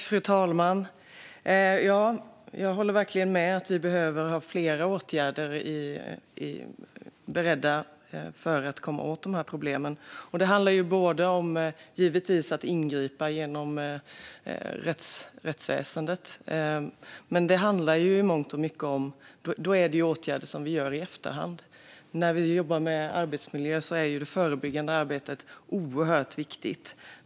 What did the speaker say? Fru talman! Jag håller verkligen med om att vi behöver ha flera åtgärder beredda för att komma åt dessa problem. Det handlar givetvis om att ingripa genom rättsväsendet. Då är det åtgärder som vi gör i efterhand. När vi jobbar med arbetsmiljö är det förebyggande arbetet oerhört viktigt.